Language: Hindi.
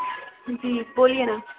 जी बोलिये न